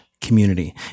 community